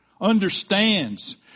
understands